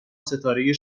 ستاره